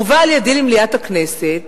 הובא על-ידי למליאת הכנסת